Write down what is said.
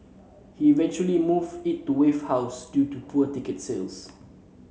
he eventually moved it to Wave House due to poor ticket sales